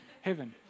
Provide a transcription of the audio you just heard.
heaven